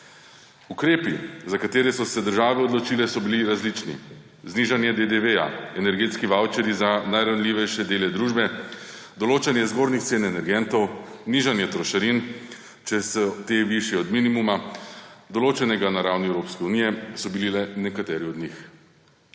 Ukrepi, za katere so se države odločile, so bili različni. Znižanje DDV-ja, energetski vavčerji za najranljivejše dele družbe, določanje zgornjih cen energentov, nižanje trošarin, če so te višje od minimuma, določenega na ravni Evropske unije, so bili le nekateri od njih.